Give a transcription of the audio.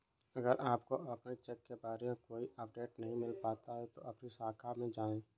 अगर आपको अपने चेक के बारे में कोई अपडेट नहीं मिल पाता है तो अपनी शाखा में आएं